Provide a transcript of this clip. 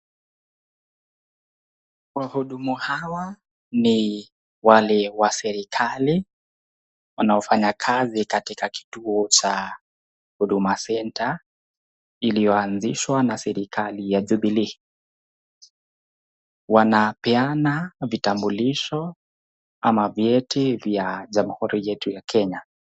Wahudumu hawa ni wale wa serekali wanaofanya kazi katika kituo cha Huduma Center iliyoanzishwa na serekali ya Jubilee. Wanapean vitambulisho ama vyeti vya jamuhuri yetu ya Kenya.